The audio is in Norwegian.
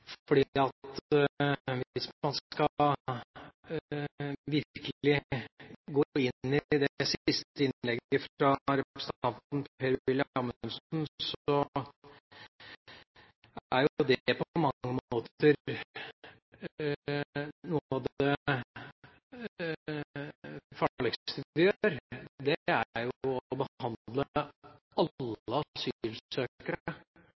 Hvis man virkelig skal gå inn i det siste innlegget fra representanten Per-Willy Amundsen, er jo det på mange måter noe av det farligste vi kan gjøre, å behandle